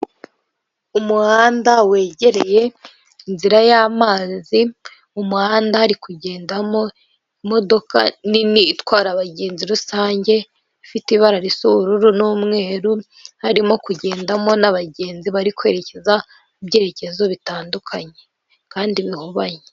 Umuhanda wegereye inzira y'amazi, umuhanda hari kugendamo imodoka nini itwara abagenzi rusange ifite ibara ry'ubururu n'umweru, harimo kugendamo n'abagenzi bari kwerekeza mu byerekezo bitandukanye kandi bihubanye.